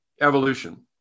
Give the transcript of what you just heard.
evolution